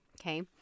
Okay